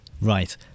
Right